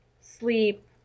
sleep